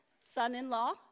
son-in-law